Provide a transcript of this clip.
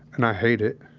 and i hate it.